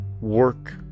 work